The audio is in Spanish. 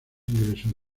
ingresos